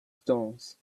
stones